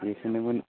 बेखोनोमोन